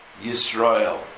Yisrael